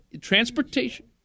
transportation